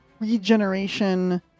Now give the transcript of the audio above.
regeneration